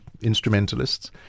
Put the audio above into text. instrumentalists